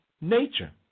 nature